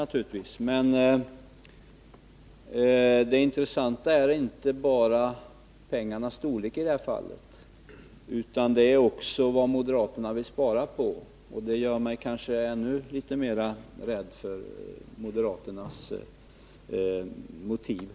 Men det intressanta i det här fallet är inte bara pengarnas storlek utan också vad moderaterna vill spara på — och det gör mig kanske ännu räddare för moderaternas motiv.